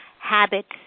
habits